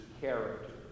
character